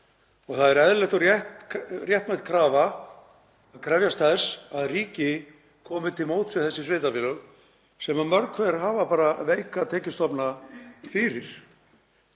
Það er eðlileg og rétt réttmæt krafa að krefjast þess að ríkið komi til móts við þessi sveitarfélög sem mörg hver hafa bara veika tekjustofna fyrir.